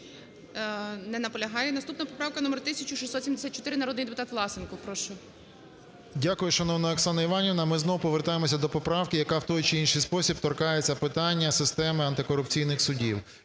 Наступна поправка - номер 1674. Народний депутат Власенко. Прошу. 11:20:25 ВЛАСЕНКО С.В. Дякую, шановна Оксана Іванівна. Ми знову повертаємося до поправки, яка в той чи інший спосіб торкається в питання системи антикорупційних судів.